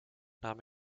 nahm